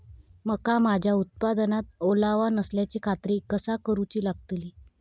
मका माझ्या उत्पादनात ओलावो नसल्याची खात्री कसा करुची लागतली?